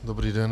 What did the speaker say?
Dobrý den.